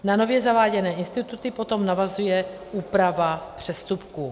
Na nově zaváděné instituty potom navazuje úprava přestupků.